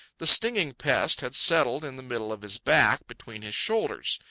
the stinging pest had settled in the middle of his back between his shoulders.